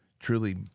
truly